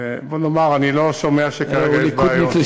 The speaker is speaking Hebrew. בוא נאמר, אני לא שומע שכרגע יש בעיות.